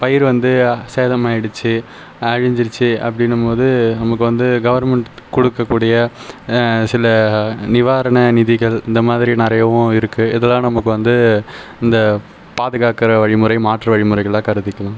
பயிர் வந்து சேதம் ஆகிடுச்சி அழிஞ்சிடுச்சு அப்படின்னும் போது நமக்கு வந்து கவர்மெண்ட் கொடுக்க கூடிய சில நிவாரண நிதிகள் இந்த மாதிரி நிறையவும் இருக்குது இதெல்லாம் நமக்கு வந்து இந்த பாதுகாக்கிற வழிமுறை மாற்று வழிமுறைகளாக கருதிக்கலாம்